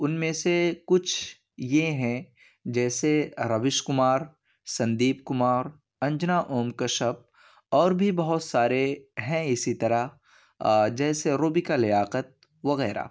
ان میں سے کچھ یہ ہیں جیسے رویش کمار سندیپ کمار انجنا اوم کشیپ اور بھی بہت سارے ہیں اسی طرح جیسے روبیکہ لیاقت وغیرہ